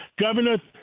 Governor